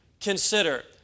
consider